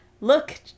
look